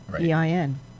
E-I-N